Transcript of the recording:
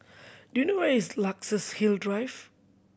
do you know where is Luxus Hill Drive